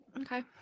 okay